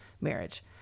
marriage